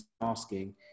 asking